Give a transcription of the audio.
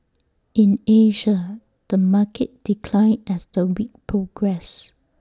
in Asia the market declined as the week progressed